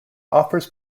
offers